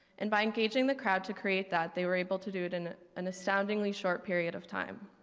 and by engaging the crowd to create that, they were able to do it in an astoundingly short period of time.